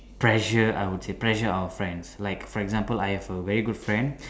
pressure I would say pressure our friends like for example I have a very good friend